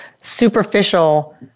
superficial